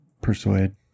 Persuade